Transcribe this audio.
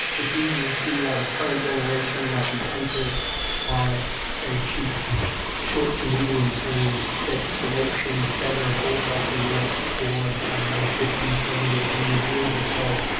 it's easy to see why the current generation might be tempted by a cheap short-to-medium-term fix that makes things better, holds off the worst for, i don't know, fifty, seventy, one hundred years or so,